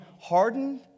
hardened